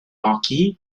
marquis